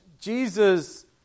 Jesus